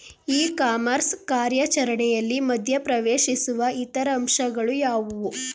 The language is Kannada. ಇ ಕಾಮರ್ಸ್ ಕಾರ್ಯಾಚರಣೆಯಲ್ಲಿ ಮಧ್ಯ ಪ್ರವೇಶಿಸುವ ಇತರ ಅಂಶಗಳು ಯಾವುವು?